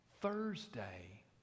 Thursday